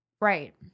Right